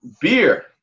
beer